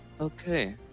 okay